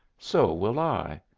so will i.